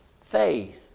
faith